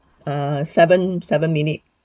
err seven seven minute